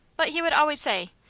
but he would always say,